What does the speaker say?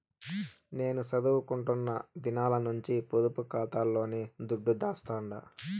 నేను సదువుకుంటున్న దినాల నుంచి పొదుపు కాతాలోనే దుడ్డు దాస్తండా